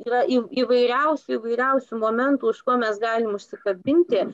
yra ir įv įvairiausių įvairiausių momentų už ko mes galim užsikabinti